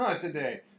today